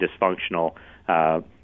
dysfunctional